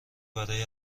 برای